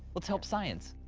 let's help science.